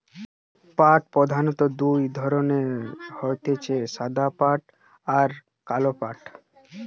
পাট প্রধানত দুই ধরণের হতিছে সাদা পাট আর কালো পাট